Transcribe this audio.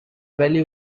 valley